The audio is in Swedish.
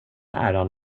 äran